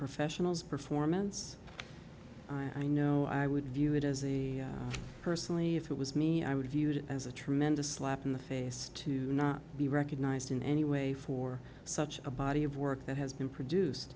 professional's performance i know i would view it as the personally if it was me i would view it as a tremendous slap in the face to not be recognized in any way for such a body of work that has been produced